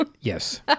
Yes